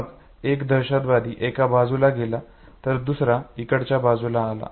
मग एक दहशतवादी एका बाजूला गेला तर दुसरा इकडच्या बाजूला आला